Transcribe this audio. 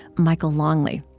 michael longley.